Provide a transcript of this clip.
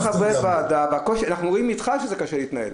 אנחנו רואים אתך שזה קשה להתנהל.